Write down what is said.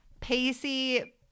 Pacey